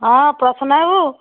ହଁ ପ୍ରସନ୍ନ ବାବୁ